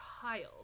child